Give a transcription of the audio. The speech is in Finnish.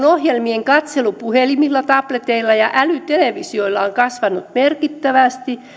ohjelmien katselu puhelimilla tableteilla ja älytelevisioilla on kasvanut merkittävästi